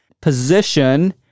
position